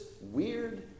weird